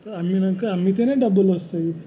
అమ్మినంక అమ్మితేనే డబ్బులు వస్తాయి